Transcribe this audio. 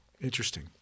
Interesting